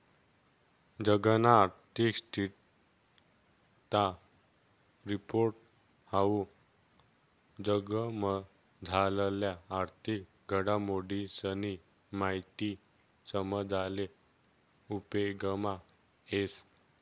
जगना आर्थिक स्थिरता रिपोर्ट हाऊ जगमझारल्या आर्थिक घडामोडीसनी माहिती समजाले उपेगमा येस